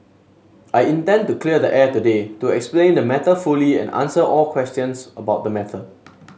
I intend to clear the air today to explain the matter fully and answer all questions about the matter